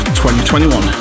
2021